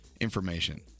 information